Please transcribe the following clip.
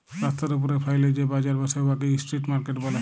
রাস্তার উপ্রে ফ্যাইলে যে বাজার ব্যসে উয়াকে ইস্ট্রিট মার্কেট ব্যলে